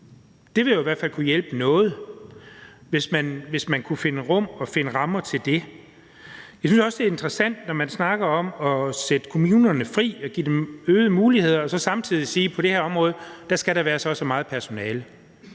Det vil i hvert fald kunne hjælpe noget, hvis man kunne finde rum og rammer til det. Jeg synes også, det er interessant, når man snakker om at sætte kommunerne fri, altså at give dem øgede muligheder, og så samtidig siger, at der på det her område skal være så og så meget personale.